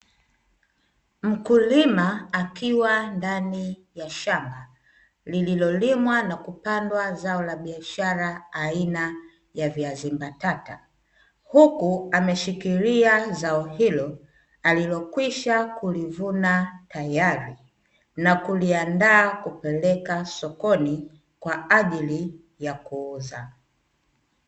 Mkulima akiwa ndani ya shamba, lililo limwa na kupandwa zao la biashara aina ya viazi mbatata, huku ameshikilia zao hilo alilokwisha kulivuna tayari na kuliandaa kupeleka sokoni kwa ajili ya kuuza.